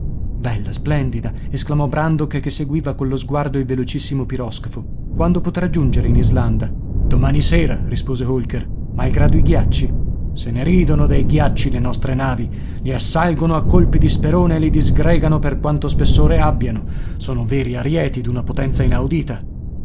bella splendida esclamò brandok che seguiva collo sguardo il velocissimo piroscafo quando potrà giungere in islanda domani sera rispose holker malgrado i ghiacci se ne ridono dei ghiacci le nostre navi i assalgono a colpi di sperone e li disgregano per quanto spessore abbiano sono veri arieti d'una potenza inaudita